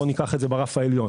בוא ניקח את זה ברף העליון.